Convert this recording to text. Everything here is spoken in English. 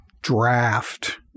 draft